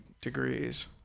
degrees